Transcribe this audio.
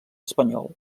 espanyol